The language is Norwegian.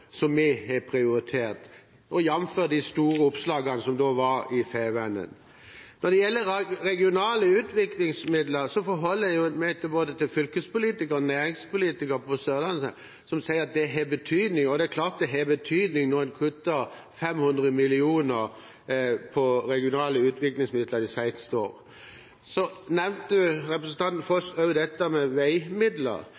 som vi har prioritert, jf. de store oppslagene som da var i Fædrelandsvennen. Når det gjelder regionale utviklingsmidler, forholder jeg meg til både fylkespolitikere og næringspolitikere på Sørlandet som sier at det har betydning. Det er klart det har betydning når en har kuttet 500 mill. kr på regionale utviklingsmidler de siste årene. Så nevnte representanten Foss dette med veimidler.